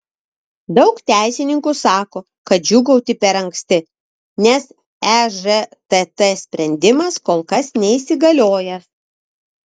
daug teisininkų sako kad džiūgauti per anksti nes ežtt sprendimas kol kas neįsigaliojęs